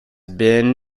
been